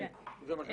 כן, זה מה שמבקשים.